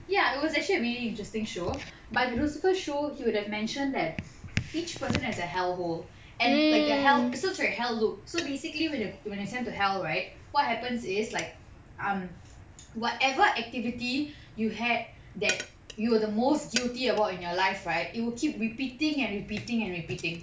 ya it was actually a really interesting show but the lucifer show he would have mentioned that each person has a hell hole and like the hell so sorry hell loop so basically when you when you're sent to hell right what happens is like um whatever activity you had that you are the most guilty about in your life right it will keep repeating and repeating and repeating